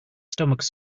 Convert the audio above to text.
stomach